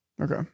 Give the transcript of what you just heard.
Okay